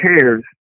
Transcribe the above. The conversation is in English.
cares